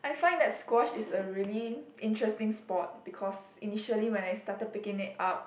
I find that squash is a really interesting sport because initially when I started picking it up